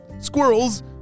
squirrels